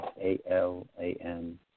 A-L-A-N